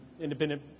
independent